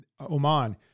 Oman